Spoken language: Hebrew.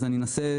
אז אנסה,